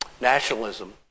nationalism